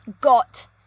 got